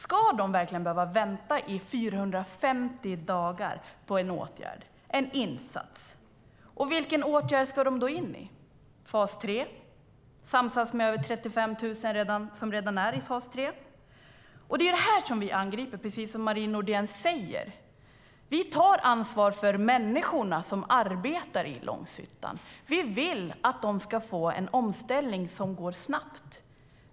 Ska de verkligen behöva vänta i 450 dagar på en åtgärd, en insats? Och vilken åtgärd ska de då in i? Är det fas 3? Ska de samsas med de 35 000 som redan är i fas 3? Det är det här som vi angriper, precis som Marie Nordén säger. Vi tar ansvar för människorna som arbetar i Långshyttan. Vi vill att de ska få en omställning som går snabbt.